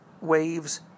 waves